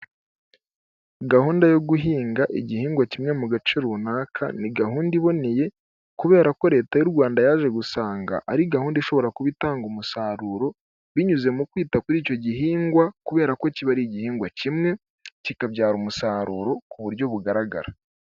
Gahunda yo guhinga igihingwa kimwe mu gace runaka, ni gahunda iboneye kubera ko leta y'u rwanda yaje gusanga ari gahunda ishobora kuba itanga umusaruro, binyuze mu kwita kuri icyo gihingwa kubera ko kiba ari igihingwa kimwe kikabyara umusaruro, ku buryo bugaragara.